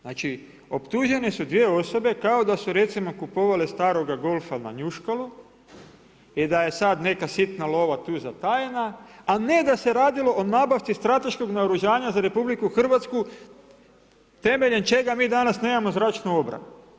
Znači optužene su dvije osobe kao da su recimo kupovali staroga Golfa na Njuškalu i da je sad neka sitna lova tu zatajena a ne da se radilo o nabavci strateškog naoružanja za RH temeljem čega mi danas nemamo zračnu obranu.